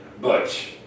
Butch